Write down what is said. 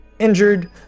injured